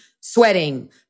sweating